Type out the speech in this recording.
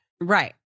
Right